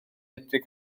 medru